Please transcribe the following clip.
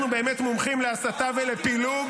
אנחנו באמת מומחים להסתה ולפילוג